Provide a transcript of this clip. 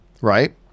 right